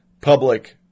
public